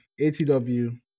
Atw